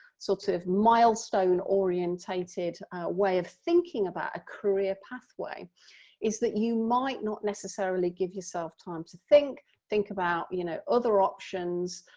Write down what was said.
so of milestone orientated way of thinking about a career pathway is that you might not necessarily give yourself time to think think about, you know, other options